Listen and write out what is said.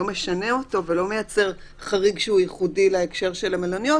משנה אותו ולא מייצר חריג שהוא ייחודי להקשר של המלוניות,